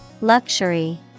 Luxury